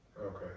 Okay